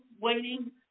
waiting